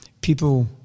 people